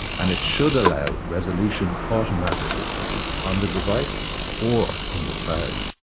and it should allow resolution automatically on the device or in the cloud.